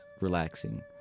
relaxing